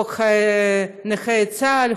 חוק נכי צה"ל,